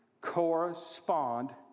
correspond